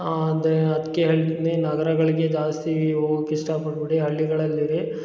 ಆದರೆ ಅದಕ್ಕೆ ಹಳ್ಳಿನೆ ನಗರಗಳಿಗೆ ಜಾಸ್ತೀ ಹೋಗೋಕೆ ಇಷ್ಟಪಡಬೇಡಿ ಹಳ್ಳಿಗಳಲ್ಲಿ ಇರಿ